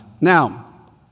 Now